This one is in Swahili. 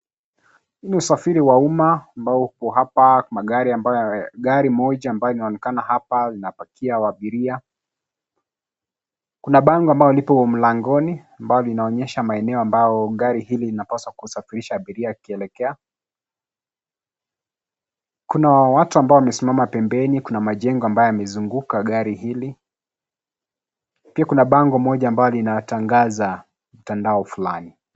Huu ni usafiri wa umma ambao upo hapa, gari moja ambayo inaonekana hapa inapakia abiria. Kuna bango ambalo lipo mlangoni ambalo linaonesha maeneo ambao gari hili linapaswa kusafirisha abiria akielekea. Kuna watu ambao wamesimama pembeni, kuna majengo ambayo yamezunguka gari hili. Pia kuna bango moja ambalo linatangaza mtandao fulani.